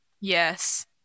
Yes